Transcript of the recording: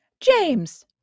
James